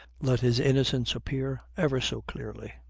let his innocence appear ever so clearly.